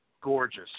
gorgeous